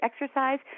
exercise